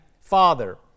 Father